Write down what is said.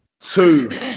two